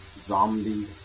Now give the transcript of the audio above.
zombie